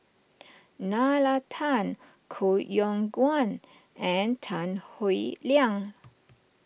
Nalla Tan Koh Yong Guan and Tan Howe Liang